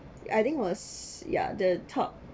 I think was ya the top